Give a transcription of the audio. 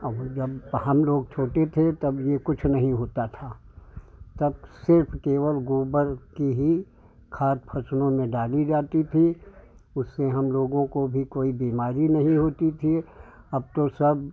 जब हमलोग छोटे थे तब यह कुछ नहीं होता था तब सिर्फ केवल गोबर की ही खाद फ़सलों में डाली जाती थी उससे हमलोगों को भी कोई बीमारी नहीं होती थी अब तो सब